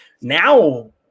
now